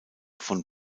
von